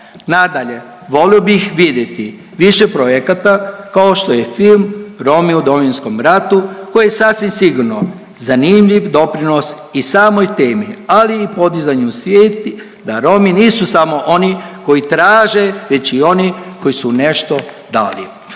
Nadalje, volio bih vidjeti više projekata kao što je film „Romi u Domovinskom ratu“ koji je sasvim sigurno zanimljiv doprinos i samoj temi, ali i podizanju svijesti da Romi nisu samo oni koji traže već i oni koji su nešto dali.